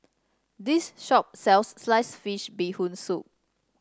this shop sells slice fish Bee Hoon Soup